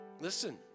Listen